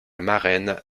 marraine